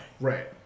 Right